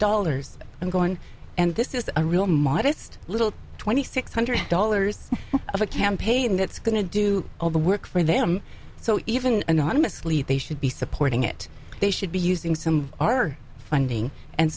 dollars and going and this is a real modest little twenty six hundred dollars a campaign that's going to do all the work for them so even anonymously they should be supporting it they should be using some are funding and